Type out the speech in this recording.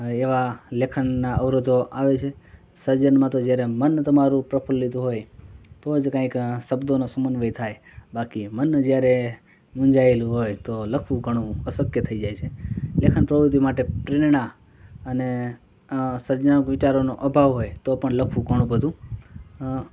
એવા લેખનના અવરોધો આવે છે સર્જનમાં તો જ્યારે મન તમારું પ્રફુલ્લિત હોય તો જ કાંઈક શબ્દોનો સમન્વય થાય બાકી મન જ્યારે મુંઝાયેલું હોય તો લખવું ઘણું અશક્ય થઇ જાય છે લેખન પ્રવૃત્તિ માટે પ્રેરણા અને અં સર્જનાત્મક વિચારોનો અભાવ હોય તો પણ લખવું ઘણું બધુ અં